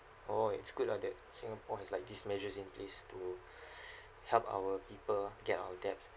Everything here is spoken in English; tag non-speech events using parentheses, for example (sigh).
oh it's good lah that singapore has like these measures in this to (breath) help our people get out of debt